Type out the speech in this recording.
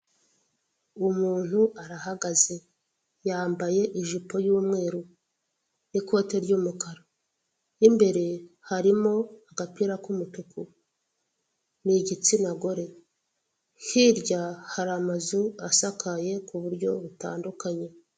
Ni inzu igurishirizwamo ibintu bitandukanye hakaba hahagazemo abantu batatu bari kurambagiza ibyo baza gutahana umwe yamabaye inkweto, umupira undi yambaye ibisa umukara bitari kugaragara.